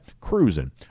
cruising